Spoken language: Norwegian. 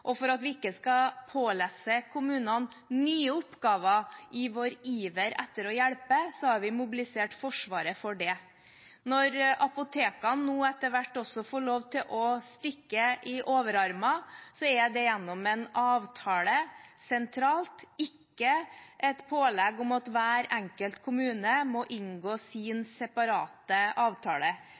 og for at vi ikke skal pålesse kommunene nye oppgaver i vår iver etter å hjelpe, har vi mobilisert Forsvaret. Når apotekene nå etter hvert får lov til å stikke i overarmer, er det gjennom en avtale sentralt, ikke et pålegg om at hver enkelt kommune må inngå sin separate avtale.